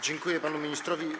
Dziękuję panu ministrowi.